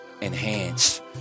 enhanced